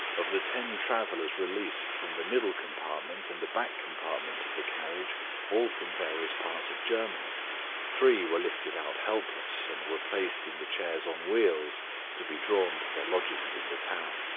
of the ten travelers released from the middle compartment and the back compartment of the carriage all from various parts of germany three were lifted out helpless, and were placed in the chairs on wheels to be drawn to their lodgings in the town.